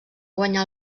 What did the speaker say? guanyà